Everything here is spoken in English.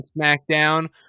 SmackDown